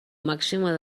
màxima